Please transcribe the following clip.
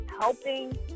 helping